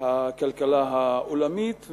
הכלכלה העולמית.